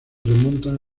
remontan